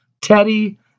Teddy